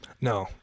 No